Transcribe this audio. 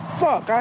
fuck